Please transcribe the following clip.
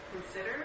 consider